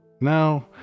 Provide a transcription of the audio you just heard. Now